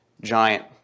giant